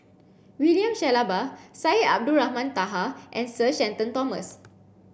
William Shellabear Syed Abdulrahman Taha and Sir Shenton Thomas